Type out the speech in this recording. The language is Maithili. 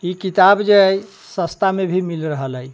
ई किताब जे सस्ता मे भी मिल रहल अय